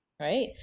right